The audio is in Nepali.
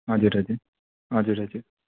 हजुर हजुर हजुर हजुर